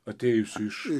atėjusių iš